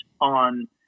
on